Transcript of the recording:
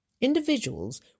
Individuals